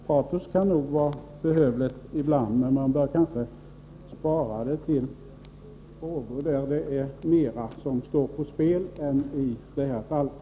Patos kan nog vara behövligt ibland, men man bör kanske spara det till frågor där det är mer som står på spel än i det här fallet.